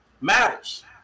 matters